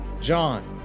John